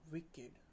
Wicked